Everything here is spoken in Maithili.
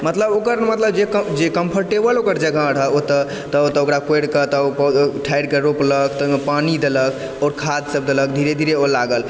मतलब ओकर मतलब जे कम्फर्टेबल जगह रहऽ ओतऽ तऽ ओतऽ ओकरा कोरि कऽ तऽ ठारिके रोपलक तऽ ओहिमे पानि देलक आओर खाद सब देलक धीरे धीरे ओ लागल